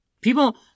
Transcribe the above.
People